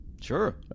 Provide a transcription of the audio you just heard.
Sure